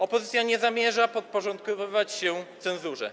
Opozycja nie zamierza podporządkowywać się cenzurze.